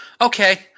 Okay